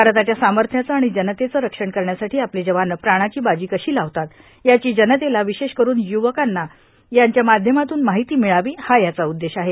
भारताच्या सामथ्याचं आर्गाण जनतेचं रक्षण करण्यासाठी आपले जवान प्राणाची बाजी कशी लावतात याची जनतेला ावशेष करून य्वकांना यांच्या माध्यमातून मार्ाहती ामळावी हा याचा उद्देश आहे